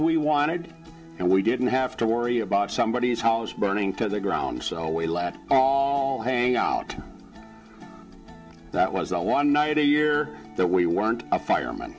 we wanted to and we didn't have to worry about somebody's house burning to the ground so we let all hang out that was a one night a year that we weren't a fireman